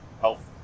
health